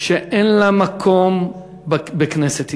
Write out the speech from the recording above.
שאין לה מקום בכנסת ישראל.